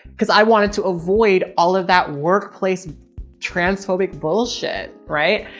cause i wanted to avoid all of that workplace transphobic bullshit, right?